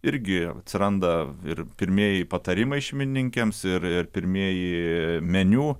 irgi atsiranda ir pirmieji patarimai šeimininkėms ir pirmieji meniu